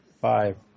five